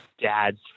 dads